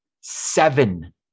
Seven